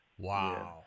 Wow